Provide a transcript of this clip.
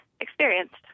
experienced